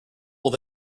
will